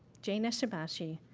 jane ishibashi,